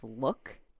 look